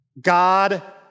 God